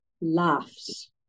laughs